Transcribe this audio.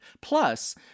Plus